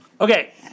Okay